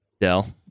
Dell